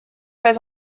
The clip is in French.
pas